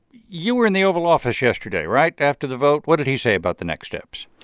you were in the oval office yesterday right? after the vote. what did he say about the next steps?